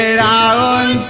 ah da